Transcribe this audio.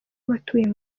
w’abatuye